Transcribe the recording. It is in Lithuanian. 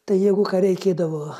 tai jeigu ką reikėdavo